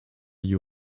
you